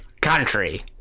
Country